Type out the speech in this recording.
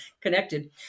connected